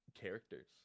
characters